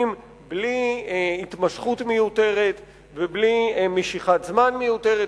בלי התמשכות מיותרת ובלי משיכת זמן מיותר,